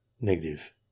Negative